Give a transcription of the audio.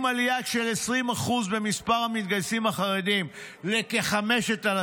עלייה של 20% במספר המתגייסים החרדים לכ-5,700,